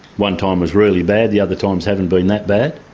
one time was really bad. the other times haven't been that bad.